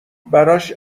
براش